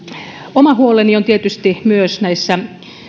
oma huoleni on tietysti myös näissä